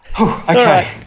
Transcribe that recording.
Okay